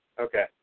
Okay